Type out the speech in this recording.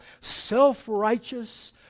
self-righteous